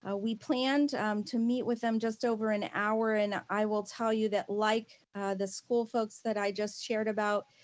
ah we planned to meet with them just over an hour and i will tell you that like the school folks that i just shared about,